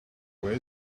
where